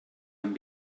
amb